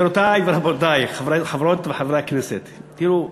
גבירותי ורבותי, חברות וחברי הכנסת, תראו,